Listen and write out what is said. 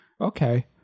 okay